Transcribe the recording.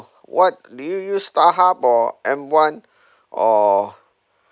what do you use starhub or M one or